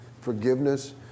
Forgiveness